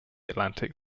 atlantic